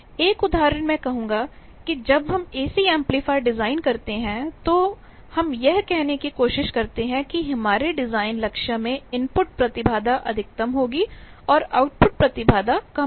एक उदाहरण मैं कहूंगा कि जब हम एसी एम्पलीफायर डिजाइन करते हैं तो हम यह कहने की कोशिश करते हैं कि हमारे डिजाइन लक्ष्य में इनपुट प्रतिबाधा अधिकतम होगी और आउटपुट प्रतिबाधा कम होगी